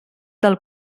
del